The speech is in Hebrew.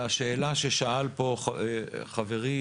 השאלה ששאל פה חברי,